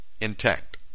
intact